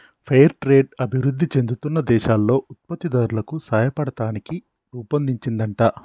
fair trade అభివృధి చెందుతున్న దేశాల్లో ఉత్పత్తి దారులకు సాయపడతానికి రుపొన్దించిందంట